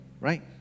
right